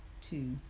two